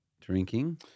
drinking